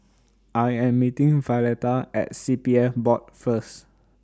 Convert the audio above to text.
I Am meeting Violetta At C P F Board First